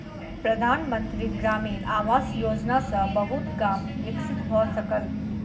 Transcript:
प्रधान मंत्री ग्रामीण आवास योजना सॅ बहुत गाम विकसित भअ सकल